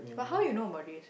but how you know about this